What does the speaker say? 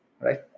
Right